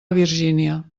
virgínia